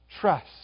trust